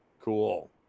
Cool